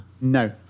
No